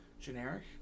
generic